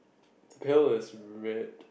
the pail is red